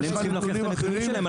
אבל הם צריכים להוכיח את הנתונים שלהם.